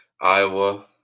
Iowa